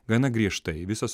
gana griežtai visos